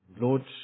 Lord